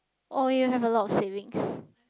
oh you have a lot of savings